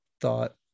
thought